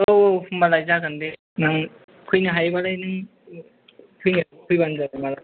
औ औ होनबालाय जागोन बे फैनो हायोबालाय नों फैनो फैबानो जाबाय मालाबा